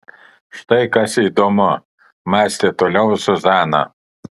štai kas įdomu mąstė toliau zuzana